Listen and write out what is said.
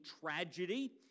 tragedy